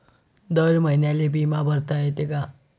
दर महिन्याले बिमा भरता येते का?